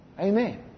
Amen